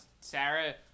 Sarah